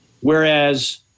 Whereas